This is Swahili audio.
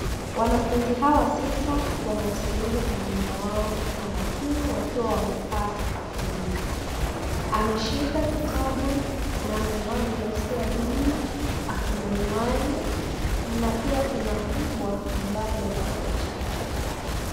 Wanafunzi hawa sita wanamsikiliza mwalimu wao kwa makini wakiwa wamekaa sakafuni. Ameshika kitabu na amevaa blausi ya buluu, ako na miwani na pia kuna mbwa ambaye amelala katikati yao.